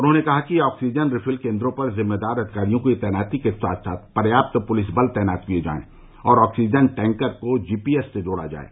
उन्होंने कहा कि ऑक्सीजन रिफिल केन्द्रों पर जिम्मेदार अधिकारियों की तैनाती के साथ साथ पर्याप्त पुलिस बल तैनात किया जाये और ऑक्सीजन टैंकर को जीपीएस से जोड़ा जाये